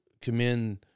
commend